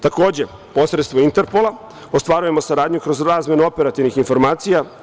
Takođe, posredstvom Interpola ostvarujemo saradnju kroz razmenu operativnih informacija.